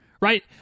Right